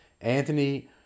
Anthony